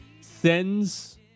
sends